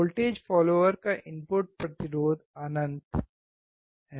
voltage follower का input प्रतिरोध अनंत है